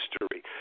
history